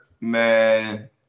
Man